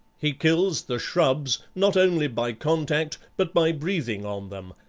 he kills the shrubs, not only by contact, but by breathing on them,